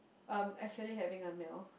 um actually having a meal